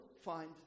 find